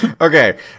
okay